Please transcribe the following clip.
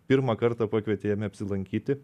pirmą kartą pakvietė jame apsilankyti